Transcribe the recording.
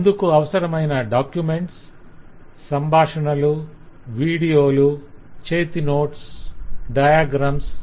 అందుకు అవసరమైన డాక్యుమెంట్స్ సంభాషణలు వీడియొలు చేతి నోట్స్ డయాగ్రమ్స్